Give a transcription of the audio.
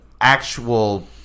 actual